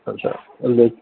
اچھا لیکن